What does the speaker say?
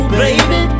baby